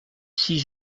six